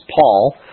Paul